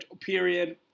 period